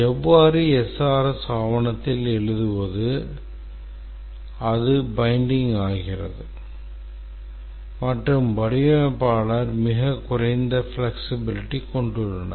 இவ்வாறு SRS ஆவணத்தில் எழுதும்போது அது binding ஆகிறது மற்றும் வடிவமைப்பாளர்கள் மிகக் குறைந்த flexibility கொண்டுள்ளனர்